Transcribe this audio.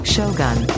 Shogun